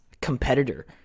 competitor